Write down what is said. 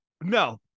No